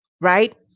right